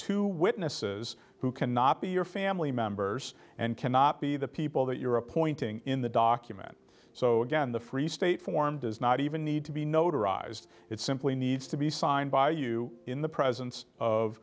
two witnesses who cannot be your family members and cannot be the people that you're appointing in the document so again the freestate form does not even need to be notarized it simply needs to be signed by you in the presence of